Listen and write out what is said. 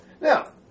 Now